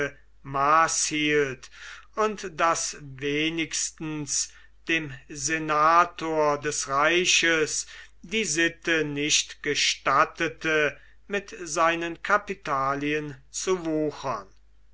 maß hielt und daß wenigstens dem senator des reiches die sitte nicht gestattete mit seinen kapitalien zu wuchern